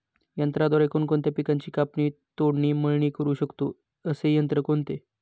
यंत्राद्वारे कोणकोणत्या पिकांची कापणी, तोडणी, मळणी करु शकतो, असे यंत्र कोणते?